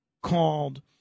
called